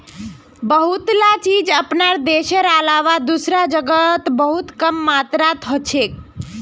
बहुतला चीज अपनार देशेर अलावा दूसरा जगह बहुत कम मात्रात हछेक